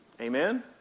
Amen